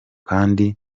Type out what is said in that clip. kandi